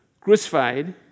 crucified